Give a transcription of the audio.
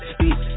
Speak